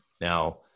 Now